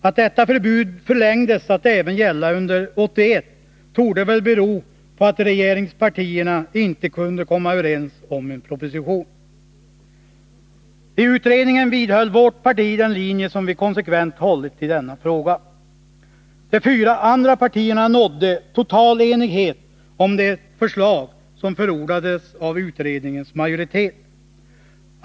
Att detta förbud förlängdes att gälla även under 1981 torde väl bero på att regeringspartierna inte kunde komma överens om en proposition. I utredningen vidhöll vpk den linje som vi konsekvent hållit i denna fråga. De fyra andra partierna nådde total enighet om det förslag som förordades av utredningens majoritet.